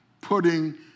putting